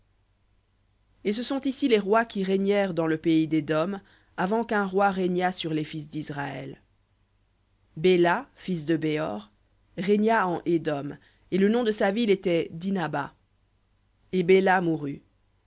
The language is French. et ce sont ici les rois qui régnèrent dans le pays d'édom avant qu'un roi régnât sur les fils disraël béla fils de béor régna en édom et le nom de sa ville était dinhaba et béla mourut